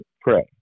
pray